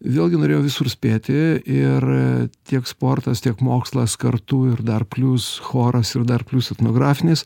vėlgi norėjau visur spėti ir tiek sportas tiek mokslas kartu ir dar plius choras ir dar plius etnografinis